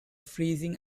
freezing